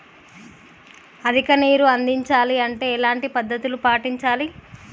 అధిక నీరు అందించాలి అంటే ఎలాంటి పద్ధతులు పాటించాలి?